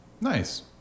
Nice